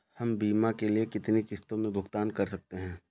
हम बीमा के लिए कितनी किश्तों में भुगतान कर सकते हैं?